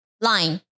line